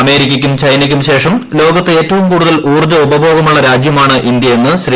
അമേരിക്കയ്ക്കും ചൈനയ്ക്കും ശേഷം ലോകത്ത് ഏറ്റവും കൂടുതൽ ഊർജ്ജ ഉപഭോഗം ഉള്ള രാജ്യമാണ് ഇന്ത്യയെന്ന് ശ്രീ